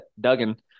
Duggan